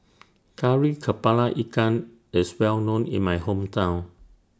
Kari Kepala Ikan IS Well known in My Hometown